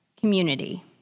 community